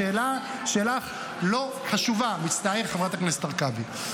השאלה שלך לא חשובה, מצטער, חברת הכנסת הרכבי.